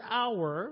hour